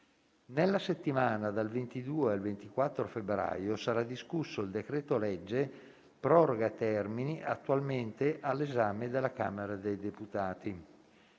Nella settimana dal 22 al 24 febbraio sarà discusso il decreto-legge proroga termini attualmente all'esame della Camera dei deputati.